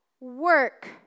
Work